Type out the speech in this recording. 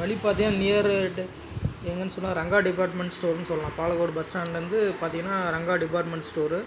வழி பார்த்திங்கனா நியர் எங்கேன்னு சொன்னால் ரங்கா டிபார்ட்மெண்ட் ஸ்டோர்னு சொல்லாம் பாலக்கோடு பஸ் ஸ்டாண்ட்லேந்து பார்த்திங்கன்னா ரங்கா டிபார்ட்மெண்ட் ஸ்டோரு